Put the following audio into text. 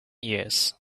years